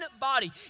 body